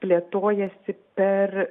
plėtojasi per